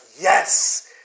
yes